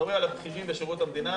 אנחנו מדברים רק על הבכירים בשירות המדינה,